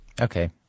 Okay